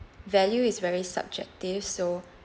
value is very subjective so